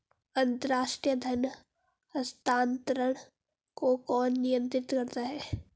अंतर्राष्ट्रीय धन हस्तांतरण को कौन नियंत्रित करता है?